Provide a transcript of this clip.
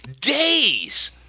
days